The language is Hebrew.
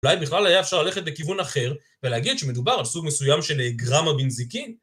אולי בכלל היה אפשר ללכת בכיוון אחר ולהגיד שמדובר על סוג מסוים של גרמה בנזיקין...